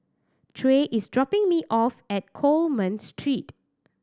Trey is dropping me off at Coleman Street